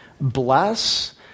Bless